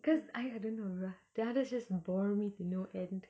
cause I I don't know the others just bore me to no end